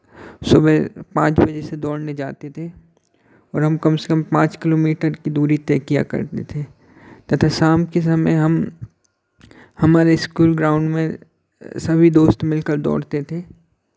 सुबह पांच बजे से दौड़ने जाते थे और हम कम से कम पांच किलोमीटर की दूरी तय किया करते थे तथा शाम के समय में हम हमारे स्कूल ग्राउंड में सभी दोस्त मिल कर दौड़ते थे